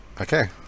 Okay